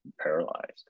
paralyzed